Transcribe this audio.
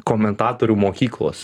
komentatorių mokyklos